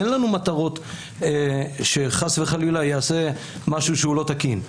אין לנו מטרות שחס וחלילה ייעשה משהו שהוא לא תקין.